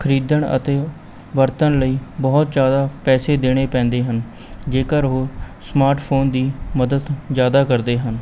ਖਰੀਦਣ ਅਤੇ ਵਰਤਣ ਲਈ ਬਹੁਤ ਜ਼ਿਆਦਾ ਪੈਸੇ ਦੇਣੇ ਪੈਂਦੇ ਹਨ ਜੇਕਰ ਉਹ ਸਮਾਰਟ ਫ਼ੋਨ ਦੀ ਮੱਦਦ ਜ਼ਿਆਦਾ ਕਰਦੇ ਹਨ